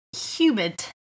humid